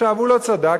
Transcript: הוא לא צדק,